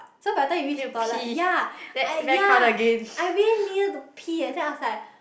so by the time you reach toilet ya I ya I really needed to pee eh so I was like